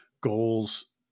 goals